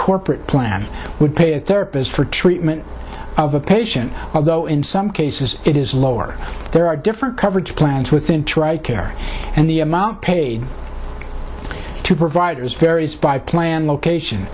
corporate plan would pay a therapist for treatment of the patient although in some cases it is lower there are different coverage plans within tri care and the amount paid to providers varies by plan location